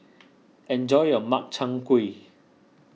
enjoy your Makchang Gui